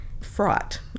fraught